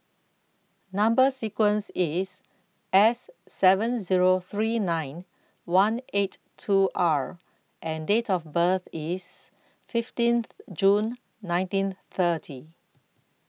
Number sequence IS S seven Zero three nine one eight two R and Date of birth IS fifteenth June nineteen thirty